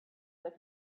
that